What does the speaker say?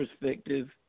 perspective